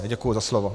Děkuji za slovo.